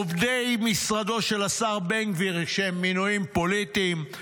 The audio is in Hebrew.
עובדי משרדו של השר בן גביר שהם מינויים פוליטיים,